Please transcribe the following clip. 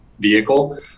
vehicle